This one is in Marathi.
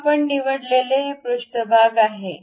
आता आपण निवडलेल्या हे पृष्ठभाग आहे